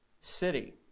city